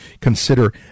consider